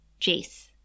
Jace